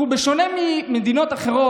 בשונה ממדינות אחרות,